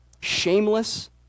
Shameless